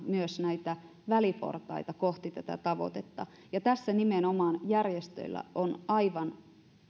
myös näitä väliportaita kohti tätä tavoitetta ja tässä nimenomaan järjestöillä on aivan